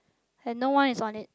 have no one is on it